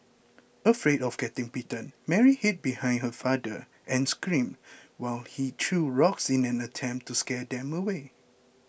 afraid of getting bitten Mary hid behind her father and screamed while he threw rocks in an attempt to scare them away